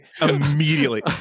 immediately